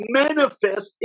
manifest